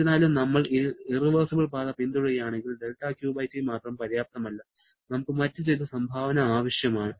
എന്നിരുന്നാലും നമ്മൾ ഇറവെർസിബിൾ പാത പിന്തുടരുകയാണെങ്കിൽ 'δQT' മാത്രം പര്യാപ്തമല്ല നമുക്ക് മറ്റ് ചില സംഭാവന ആവശ്യമാണ്